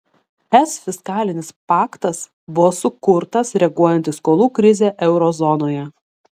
es fiskalinis paktas buvo sukurtas reaguojant į skolų krizę euro zonoje